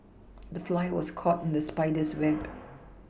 the fly was caught in the spider's web